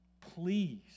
please